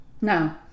no